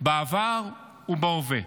בעבר ובהווה.